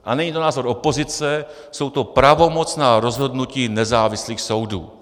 A není to názor opozice, jsou to pravomocná rozhodnutí nezávislých soudů.